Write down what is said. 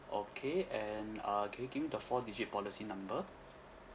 okay and uh can you give me the four digit policy number